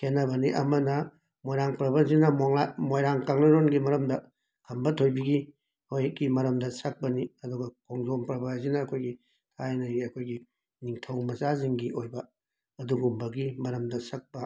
ꯈꯦꯟꯅꯕꯅꯤ ꯑꯃꯅ ꯃꯣꯏꯔꯥꯡ ꯄ꯭ꯔꯕꯁꯤꯅ ꯃꯣꯡꯂꯥ ꯃꯣꯏꯔꯥꯡ ꯀꯪꯂꯩꯔꯣꯟꯒꯤ ꯃꯔꯝꯗ ꯈꯝꯕ ꯊꯣꯏꯕꯤꯒꯤ ꯍꯣꯏꯒꯤ ꯃꯔꯝꯗ ꯁꯛꯄꯅꯤ ꯑꯗꯨꯒ ꯈꯣꯡꯖꯣꯝ ꯄ꯭ꯔꯕ ꯍꯥꯏꯁꯤꯅ ꯑꯩꯈꯣꯏꯒꯤ ꯊꯥꯏꯅꯒꯤ ꯑꯩꯈꯣꯏꯒꯤ ꯅꯤꯡꯊꯧ ꯃꯆꯥꯁꯤꯡꯒꯤ ꯑꯣꯏꯕ ꯑꯗꯨꯒꯨꯝꯕꯒꯤ ꯃꯔꯝꯗ ꯁꯛꯄ ꯑꯩꯈꯣꯏꯒꯤ